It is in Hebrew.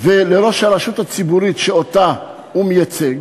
ולראש הרשות הציבורית שאותה הוא מייצג.